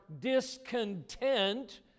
discontent